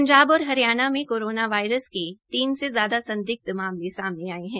पंजाब और हरियाणा में corona virus के तीन से ज्यादा संदिग्ध मामले सामने आये है